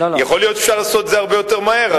יכול להיות שאפשר לעשות את זה הרבה יותר מהר,